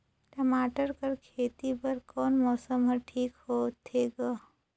टमाटर कर खेती बर कोन मौसम हर ठीक होथे ग?